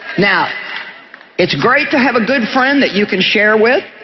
now it's great to have a good friend that you can share with